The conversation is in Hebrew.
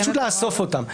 פשוט לאסוף אותם.